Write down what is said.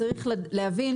צריך להבין